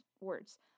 words